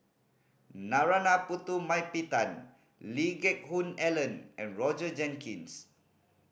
Narana Putumaippittan Lee Geck Hoon Ellen and Roger Jenkins